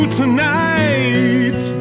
tonight